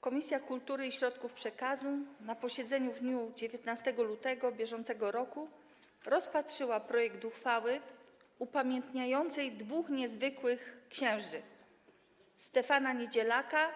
Komisja Kultury i Środków Przekazu na posiedzeniu w dniu 19 lutego br. rozpatrzyła projekt uchwały upamiętniającej dwóch niezwykłych księży: Stefana Niedzielaka